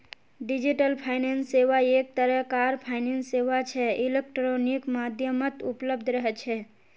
digital finance सेवा एक तरह कार फाइनेंस सेवा छे इलेक्ट्रॉनिक माध्यमत उपलब्ध रह छे